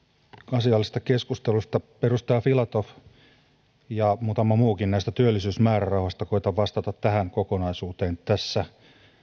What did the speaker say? asiallisesta keskustelusta edustaja filatoville ja muutamalle muullekin näistä työllisyysmäärärahoista koetan vastata tähän kokonaisuuteen tässä